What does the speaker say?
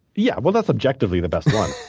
yeah. well, that's, objectively, the best one.